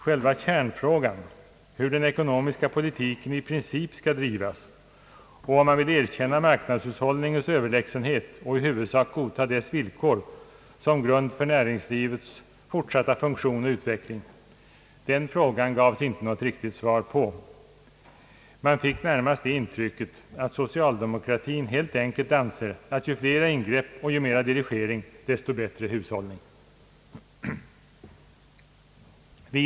Själva kärnfrågan — hur den ekonomiska politiken i princip skall drivas och om man vill erkänna marknadshushållningens överlägsenhet och i huvudsak godta dess villkor som grund för näringslivets fortsatta funktion och utveckling — gavs det väl inget riktigt svar på. Man fick närmast det intrycket att socialdemokratin helt enkelt anser att ju flera ingrepp och ju mera dirigering som görs desto bättre blir hushållningen.